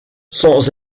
sans